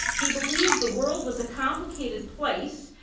he believed the world was a complicated place.